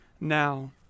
now